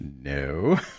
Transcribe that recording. No